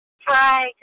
Hi